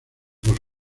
dos